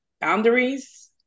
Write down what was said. boundaries